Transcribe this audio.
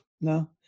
No